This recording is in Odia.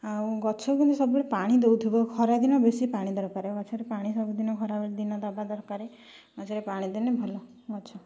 ଆଉ ଗଛରେ କିନ୍ତୁ ସବୁବେଳେ ପାଣି ଦେଉଥିବ ଖରାଦିନ ବେଶୀ ପାଣି ଦରକାର ଗଛରେ ପାଣି ସବୁଦିନ ଖରାଦିନ ଦେବା ଦରକାରେ ଗଛରେ ପାଣି ଦେଲେ ଭଲ ଗଛ